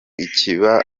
ikaba